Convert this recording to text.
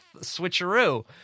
switcheroo